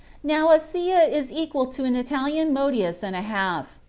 now a seah is equal to an italian modius and a half.